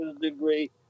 degree